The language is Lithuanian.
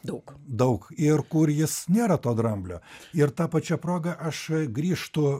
daug daug ir kur jis nėra to dramblio ir ta pačia proga aš grįžtu